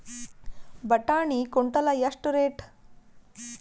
ಬಟಾಣಿ ಕುಂಟಲ ಎಷ್ಟು ರೇಟ್?